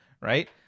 right